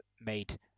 made